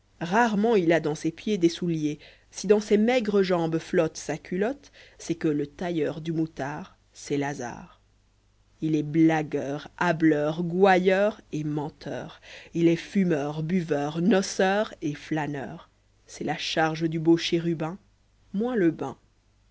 rarement il a dans ses pieds des souliers si dans ses maigres jambes flotte sa culotte c'est que le tailleur du moutard c'est l'hasard il est blagueur hâbleur gouailleur et menteur il est fumeur buveur noceur et flâneur c'est la charge du beau chérubin moins le bain